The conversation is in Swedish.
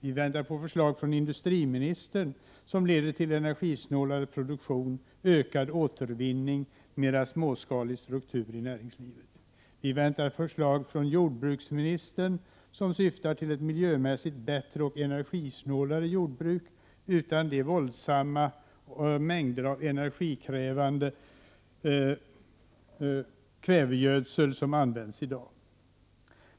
Vi väntar på förslag från industriministern som leder till energisnålare produktion, ökad återvinning, mer småskalig struktur i näringslivet. Och vi väntar på förslag från jordbruksministern som syftar till ett miljömässigt bättre och energisnålare jordbruk utan de våldsamma mängder av energikrävande kvävegödsel som används i dag.